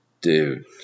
dude